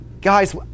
Guys